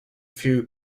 few